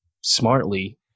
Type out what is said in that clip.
smartly